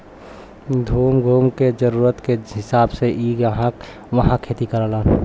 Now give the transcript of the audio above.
घूम घूम के जरूरत के हिसाब से इ इहां उहाँ खेती करेलन